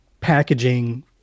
packaging